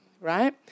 right